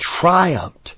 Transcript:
triumphed